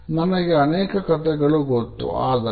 ನನಗೆ ಅನೇಕ ಕಥೆಗಳು ಗೊತ್ತು ಆದರೆ ಸಿ